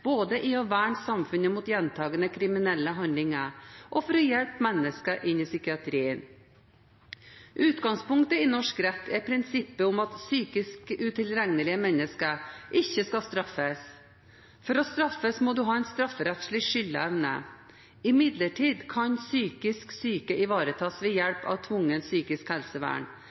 både for å verne samfunnet mot gjentakende kriminelle handlinger og for å hjelpe mennesker inn i psykiatrien. Utgangspunktet i norsk rett er prinsippet om at psykisk utilregnelige mennesker ikke skal straffes. For å straffes må man ha strafferettslig skyldevne. Imidlertid kan psykisk syke ivaretas ved hjelp av tvungent psykisk helsevern,